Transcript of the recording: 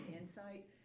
insight